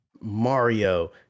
Mario